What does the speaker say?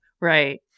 Right